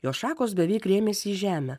jo šakos beveik rėmėsi į žemę